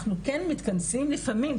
אנחנו כן מתכנסים לפעמים,